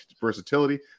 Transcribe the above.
versatility